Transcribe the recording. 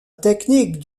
technique